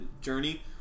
Journey